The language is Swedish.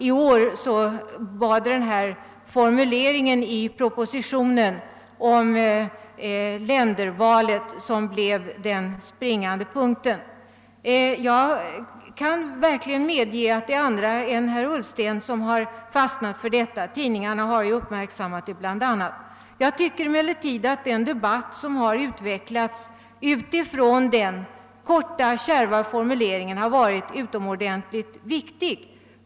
I år var det formuleringen i propositicnen om ländervalet som blev den springande punkten. Jag kan verkligen medge att även andra än herr Ullsten har fastnat för denna. Bl.a. har den uppmärksammats i pressen. Jag tycker emellertid att den debatt som utvecklats med utgångspunkt i propositionens korta och kärva formulering har varit utomordentligt viktig.